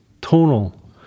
tonal